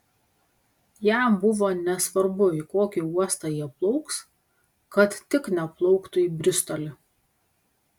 jam buvo nesvarbu į kokį uostą jie plauks kad tik neplauktų į bristolį